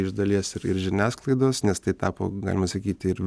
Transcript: iš dalies ir ir žiniasklaidos nes tai tapo galima sakyti ir